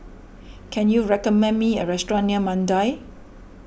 can you recommend me a restaurant near Mandai